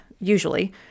usually